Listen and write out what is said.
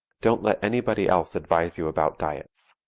don't let anybody else advise you about diets.